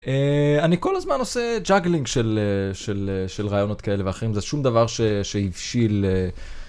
אני כל הזמן עושה ג'אגלינג של רעיונות כאלה ואחרים, זה שום דבר שהבשיל.